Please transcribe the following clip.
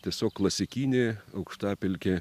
tiesiog klasikinė aukštapelkė